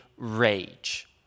Rage